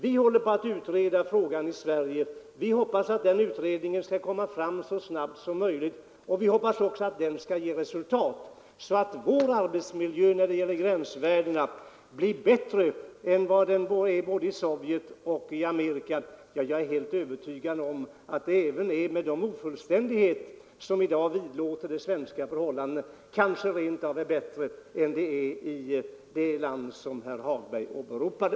Vi håller på att utreda frågan i Sverige. Vi hoppas att utredningen skall bli färdig så snart som möjligt, men vi hoppas också att den skall ge sådana resultat, att vår arbetsmiljö när det gäller gränsvärdena blir bättre än vad arbetsmiljön är i både Sovjet och Amerika. Trots den ofullständighet som i dag vidlåder de svenska förhållandena är läget kanske rent av bättre här än i de länder som herr Hagberg åberopade.